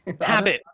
habit